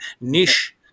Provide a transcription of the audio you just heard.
niche